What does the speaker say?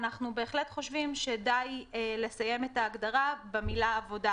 אנחנו בהחלט חושבים שדי לסיים את ההגדרה במילה "עבודה",